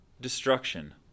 destruction